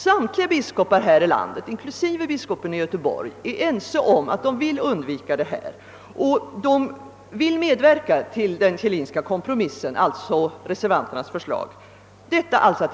Samtliga biskopar i landet, även biskopen i Göteborg, är ense om att vilja undvika detta och vill därför stödja den Kjellinska kompromissen som överensstämmer med reservanternas förslag.